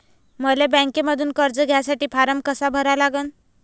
मले बँकेमंधून कर्ज घ्यासाठी फारम कसा भरा लागन?